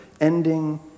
ending